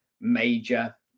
major